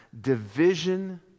division